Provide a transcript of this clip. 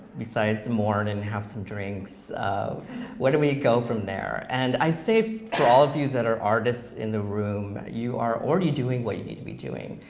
besides mourn and have some drinks? where do we go from there? and i'd say for all of you that are artists in the room, you are already doing what you need to be doing.